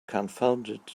confounded